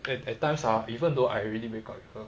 and at times ah even though I already break up with her